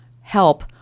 help